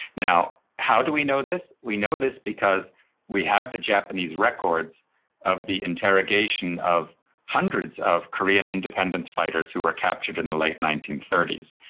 now, how do we know this? we know this because we have the japanese records of the interrogation of hundreds of korean independence fighters who were captured in the late nineteen thirty s,